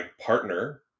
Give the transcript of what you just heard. partner